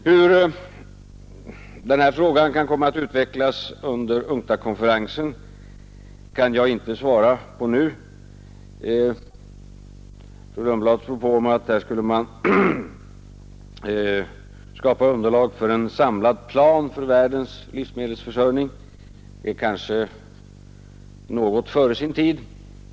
Hur den här frågan kan komma att utvecklas under UNCTAD-konferensen kan jag nu inte svara på — fru Lundblads propå om att man här skulle skapa underlag för en samlad plan för världens livsmedelsförsörjning är kanske något före sin tid.